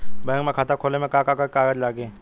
Bank में खाता खोले मे का का कागज लागी?